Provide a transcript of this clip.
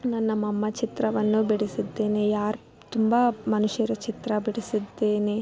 ನಾ ನಮ್ಮಅಮ್ಮ ಚಿತ್ರವನ್ನು ಬಿಡಿಸಿದ್ದೀನಿ ಯಾರು ತುಂಬ ಮನುಷ್ಯರ ಚಿತ್ರ ಬಿಡಿಸಿದ್ದೇನೆ